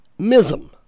Mism